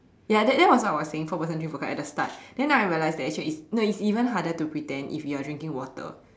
ya that that is what I was saying four person drink vodka at the start then now I realize that actually is no it's even harder to pretend if you're drinking water